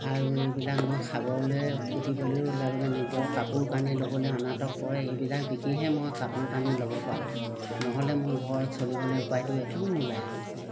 আৰু এইবিলাক মই খাবলে ফুটিবলৈও লাগে নিজৰ কাপোৰ কানি ল'বলৈ অনাতক পৰে এইবিলাক বিকিহে মই কাপোৰ কানি ল'ব পাৰোঁ নহ'লে মোৰ ঘৰ চলিবলৈ উপায়টো একো নোলায়